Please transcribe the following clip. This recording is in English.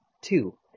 Two